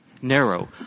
Narrow